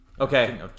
Okay